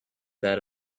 that